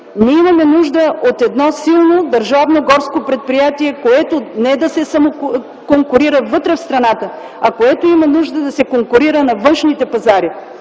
ние имаме нужда от едно силно държавно горско предприятие, което не да се самоконкурира вътре в страната, а което има нужда да се конкурира на външните пазари.